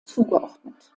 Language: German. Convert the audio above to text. zugeordnet